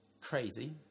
crazy